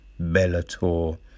Bellator